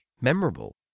memorable